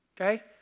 okay